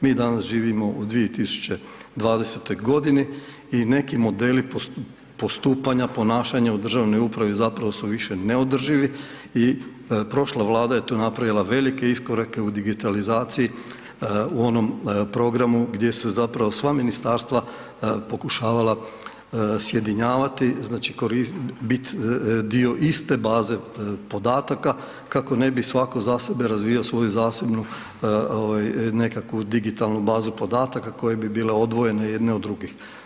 Mi danas živimo u 2020. g. i neki modeli postupanja, ponašanja u državnoj upravi zapravo su više neodrživi i prošla Vlada je tu napravila velike iskorake u digitalizaciji u onom programu gdje su zapravo sva ministarstva pokušavala sjedinjavati, znači bit dio iste baze podataka kako ne bi svako za sebe razvijao svoju zasebnu nekakvu digitalnu bazu podataka koje bi bile odvojene jedne od drugih.